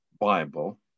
Bible